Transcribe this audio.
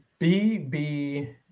BB